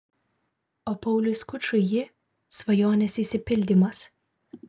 o pauliui skučui ji svajonės išsipildymas